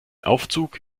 aufzug